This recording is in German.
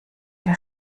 wir